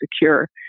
secure